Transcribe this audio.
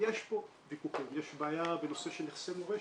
יש פה ויכוחים, יש בעיה בנושא של נכסי מורשת,